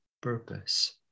purpose